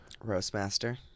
Roastmaster